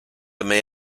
may